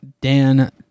Dan